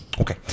Okay